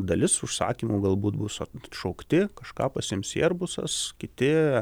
dalis užsakymų galbūt bus atšaukti kažką pasiims eirbusas kiti